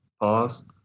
Pause